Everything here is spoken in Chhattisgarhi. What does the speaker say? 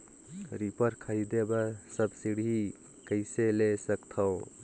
रीपर खरीदे बर सब्सिडी कइसे ले सकथव?